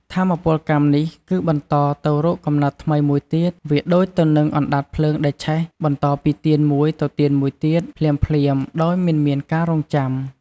ថាមពលកម្មនេះគឺបន្តទៅរកកំណើតថ្មីមួយទៀត វាដូចទៅនឹងអណ្ដាតភ្លើងដែលឆេះបន្តពីទៀនមួយទៅទៀនមួយទៀតភ្លាមៗ ដោយមិនមានការរង់ចាំ។